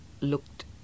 looked